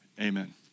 amen